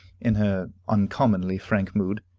in her uncommonly frank mood.